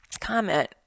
comment